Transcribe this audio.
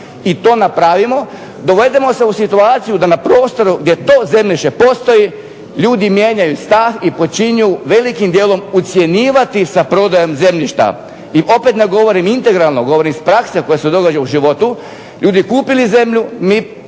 i to napravimo, dovedemo se u situaciju da na prostoru gdje to zemljište postoji ljudi mijenjaju stav i počinju velikim dijelom ucjenjivati sa prodajom zemljišta. I opet ne govorim integralno, govorim iz prakse koja se događa u životu, ljudi kupili zemlju, mi prebacili